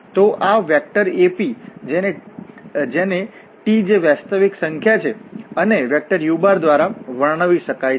તો આ vector AP જેને t જે વાસ્તવિક સંખ્યા છે અને વેક્ટરu દ્વારા વર્ણવી શકાય છે